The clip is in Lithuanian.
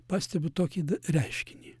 pastebiu tokį reiškinį